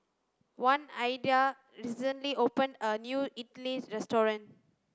oneida recently opened a new Idili restaurant